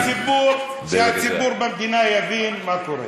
שהציבור במדינה יבין מה קורה.